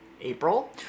April